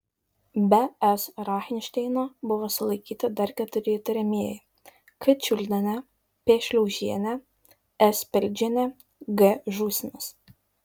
be s rachinšteino buvo sulaikyti dar keturi įtariamieji k čiuldienė p šliaužienė s peldžienė g žūsinas